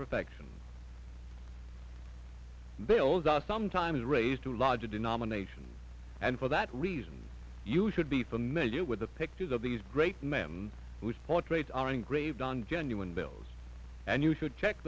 perfection bills are sometimes raised to larger denominations and for that reason you should be familiar with the pictures of these great men whose portrays are engraved on genuine bills and you should check